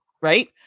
right